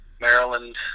Maryland